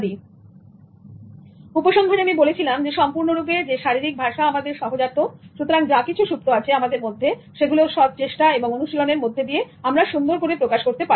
আমি উপসংহারে বলেছিলাম সম্পূর্ণরূপে যে শারীরিক ভাষা আমাদের সহজাত সুতরাং যা কিছু সুপ্ত আছে আমাদের মধ্যে সেগুলো সৎ চেষ্টা এবং অনুশীলনের মধ্যে দিয়ে আমরা সুন্দর করে প্রকাশ করতে পারি